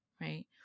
right